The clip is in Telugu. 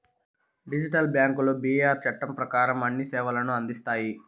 డిజిటల్ బ్యాంకులు బీఆర్ చట్టం ప్రకారం అన్ని సేవలను అందిస్తాయి